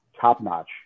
top-notch